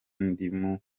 n’indimu